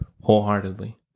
wholeheartedly